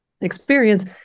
experience